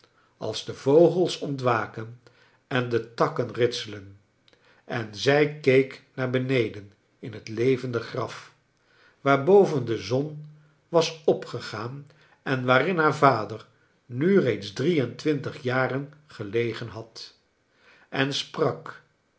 als de vogels ont waken en de takken ritselen en zij keek naar beneden in het levende graf waarboven de zon was opgegaan en waarin haar vader nu reeds drie en twintig jaren gelegen had en sprak